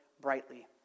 brightly